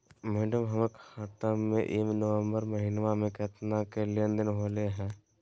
madam, हमर खाता में ई नवंबर महीनमा में केतना के लेन देन होले है